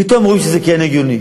פתאום רואים שזה כן הגיוני.